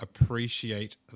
appreciate